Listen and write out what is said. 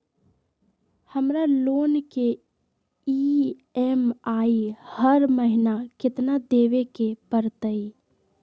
हमरा लोन के ई.एम.आई हर महिना केतना देबे के परतई?